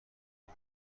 عمو